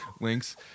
links